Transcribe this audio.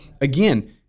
again